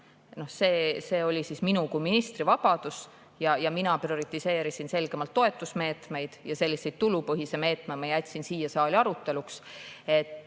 teha, oli minu kui ministri vabadus. Mina prioriseerisin selgemalt neid toetusmeetmeid ja selle tulupõhise meetme ma jätsin siia saali aruteluks.